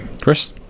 Chris